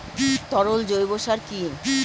তরল জৈব সার কি?